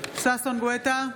ששון ששי גואטה,